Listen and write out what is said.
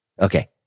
Okay